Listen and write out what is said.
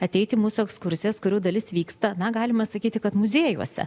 ateit į mūsų ekskursijas kurių dalis vyksta na galima sakyti kad muziejuose